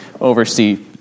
oversee